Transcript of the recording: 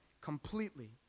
completely